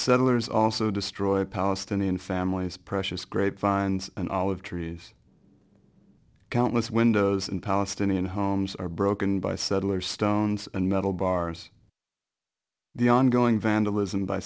settlers also destroy palestinian families precious grape vines and olive trees countless windows in palestinian homes are broken by settlers stones and metal bars the ongoing vandalism by